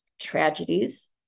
tragedies